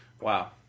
Wow